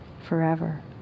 forever